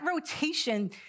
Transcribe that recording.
rotation